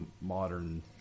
modern